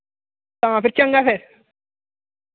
तां फिर चंगा फिर